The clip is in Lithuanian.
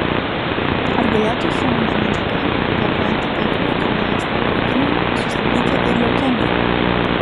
ar galėtų cheminė medžiaga blokuojanti baltųjų kraujo ląstelių augimą sustabdyti ir leukemiją